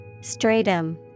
Stratum